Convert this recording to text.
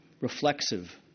reflexive